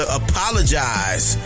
apologize